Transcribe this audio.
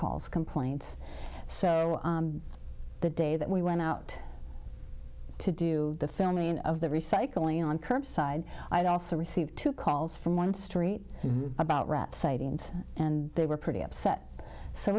calls complaints so the day that we went out to do the filming of the recycling on curbside i also received two calls from one story about rat sighting and and they were pretty upset so